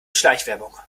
schleichwerbung